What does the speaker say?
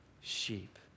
sheep